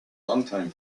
longtime